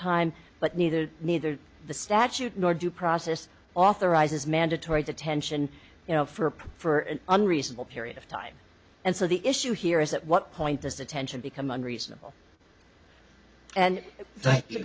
time but neither neither the statute nor due process authorizes mandatory detention you know for for an unreasonable period of time and so the issue here is at what point this attention become unreasonable and